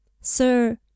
Sir